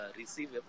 receive